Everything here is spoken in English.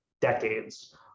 decades